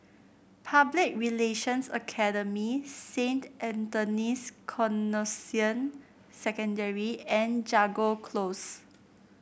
Public Relations Academy Saint Anthony's Canossian Secondary and Jago Close